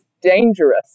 dangerous